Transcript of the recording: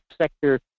sector